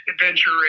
adventure